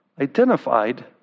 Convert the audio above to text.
Identified